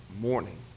morning